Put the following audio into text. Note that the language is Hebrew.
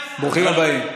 אדוני, ברוכים הבאים.